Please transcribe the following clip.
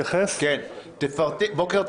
שפורסמו ב-27 במרץ 2020. התקנות האלה פוקעות